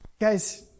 Guys